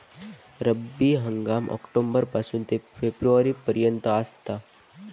रब्बी हंगाम ऑक्टोबर पासून ते फेब्रुवारी पर्यंत आसात